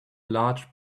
large